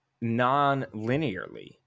non-linearly